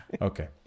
okay